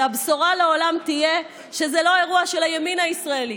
שהבשורה לעולם תהיה שזה לא אירוע של הימין הישראלי,